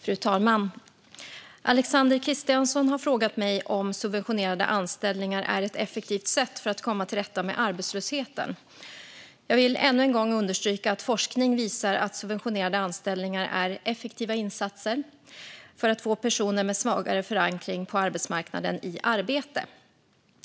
Fru talman! Alexander Christiansson har frågat mig om subventionerade anställningar är ett effektivt sätt för att komma till rätta med arbetslösheten. Jag vill ännu en gång understryka att forskning visar att subventionerade anställningar är effektiva insatser för att få personer med svagare förankring på arbetsmarknaden i arbete.